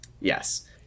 Yes